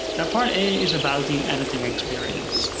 now part a is about the editing experience.